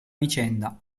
vicenda